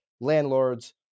landlords